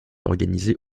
organisé